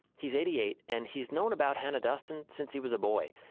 he's eighty eight and he's known about hannah duston since he was a boy.